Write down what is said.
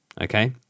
Okay